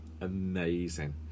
amazing